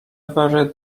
very